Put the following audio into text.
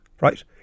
right